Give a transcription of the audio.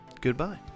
goodbye